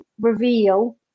reveal